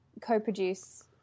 co-produce